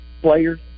players